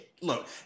look